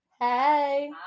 Hey